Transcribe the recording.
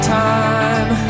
time